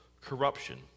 corruption